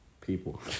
people